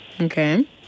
Okay